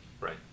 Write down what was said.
Right